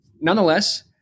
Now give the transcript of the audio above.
Nonetheless